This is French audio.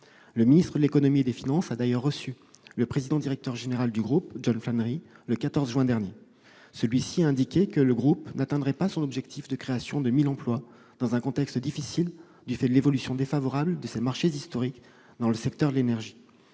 Le ministre de l'économie et des finances a d'ailleurs reçu le président-directeur général du groupe, John Flannery, le 14 juin dernier. Celui-ci a indiqué que le groupe n'atteindrait pas son objectif de création de 1 000 emplois dans un contexte difficile, du fait de l'évolution défavorable de ses marchés historiques dans le secteur de l'énergie.